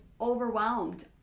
overwhelmed